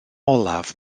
olaf